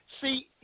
See